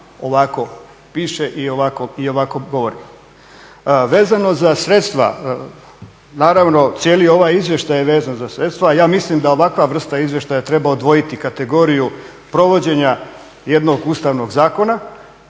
ovakvo piše i ovako govori. Vezano za sredstva, naravno, cijeli ovaj izvještaj je vezan za sredstva, a ja mislim da ovakva vrsta izvještaja treba odvojiti kategoriju provođenja jednog ustavnog zakona